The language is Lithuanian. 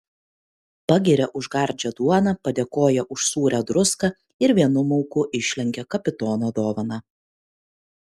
pagiria už gardžią duoną padėkoja už sūrią druską ir vienu mauku išlenkia kapitono dovaną